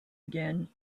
again